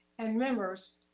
and members